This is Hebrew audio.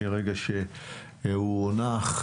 מהרגע שבו הוא הונח,